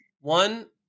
One